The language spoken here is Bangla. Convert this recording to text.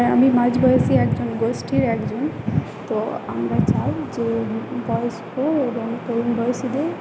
আমি মাঝ বয়সী একজন গোষ্ঠীর একজন তো আমরা চাই যে বয়স্ক এবং কম বয়সীদের